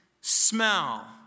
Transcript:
smell